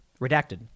Redacted